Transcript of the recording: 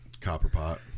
Copperpot